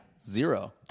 Zero